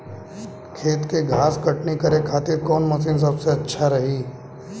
खेत से घास कटनी करे खातिर कौन मशीन सबसे अच्छा रही?